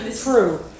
true